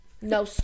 No